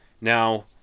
Now